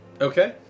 Okay